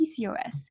PCOS